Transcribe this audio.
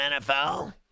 nfl